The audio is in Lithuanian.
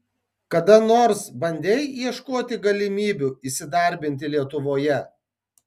kada nors bandei ieškoti galimybių įsidarbinti lietuvoje